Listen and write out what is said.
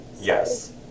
Yes